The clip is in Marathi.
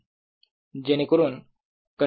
जेणेकरून कंडक्टर वरील पोटेन्शियल होईल 0